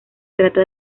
trata